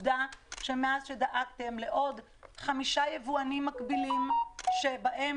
עובדה שמאז שדאגתם מאוד לעוד חמישה יבואנים מקבילים שבהם